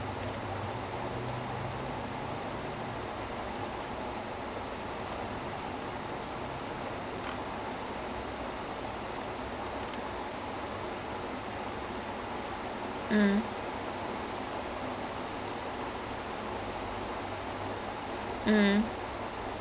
so it is supposed to be like ரொம்ப பெரிய:romba periya like a very premium restaurant kind of thing lah so அப்போ உள்ள போகும் போது:appo ulla pogum pothu there there's this entire group of அங்க ஒரு:anga oru band இருக்கு:iruku they were playing classical music அதுக்கு அப்புறம்:athukku appuram then all the waiters are all like dressed in indian clothes then அதுக்கு அப்புறம்:athukku appuram